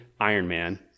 Ironman